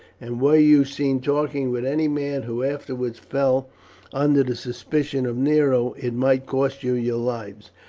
and were you seen talking with any man who afterwards fell under the suspicion of nero it might cost you your lives.